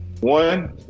One